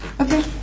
Okay